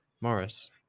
Morris